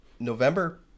November